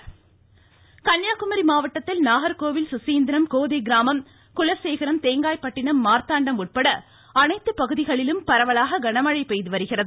மழை கன்னியாகுமரி மாவட்டத்தில் நாகர்கோவில் சுசீந்திரம் கோதை கிராமம் குலசேகரம் தேங்காய்பட்டிணம் மார்த்தாண்டம் உட்பட அனைத்து பகுதிகளிலும் பரவலாக கனமழை பெய்து வருகிறது